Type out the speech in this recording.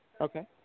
Okay